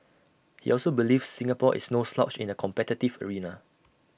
he also believes Singapore is no slouch in the competitive arena